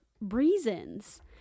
reasons